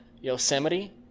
Yosemite